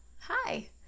hi